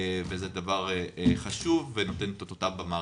וזה דבר חשוב שנותן את אותותיו במערכת.